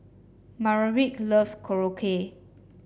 Maverick loves Korokke